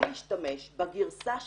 אני אשתמש בגרסה שלה,